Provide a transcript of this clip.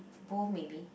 if both maybe